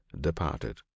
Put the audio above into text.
departed